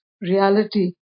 reality